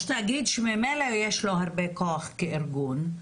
יש תאגיד שממילא יש לו הרבה כוח כארגון,